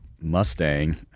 Mustang